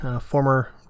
former